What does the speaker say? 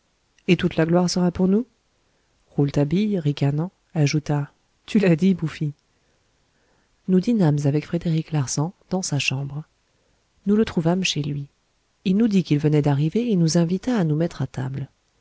et toute la gloire sera pour nous rouletabille ricanant ajouta tu l'as dit bouffi nous dînâmes avec frédéric larsan dans sa chambre nous le trouvâmes chez lui il nous dit qu'il venait d'arriver et nous invita à nous mettre à table